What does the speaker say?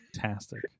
Fantastic